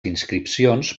inscripcions